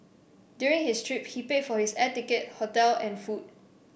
during his trip he paid for his air ticket hotel and food